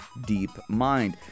DeepMind